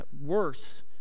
worse